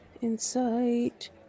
Insight